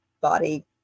body